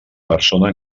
persona